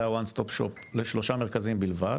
ה-"one stop shop" לשלושה מרכזים בלבד.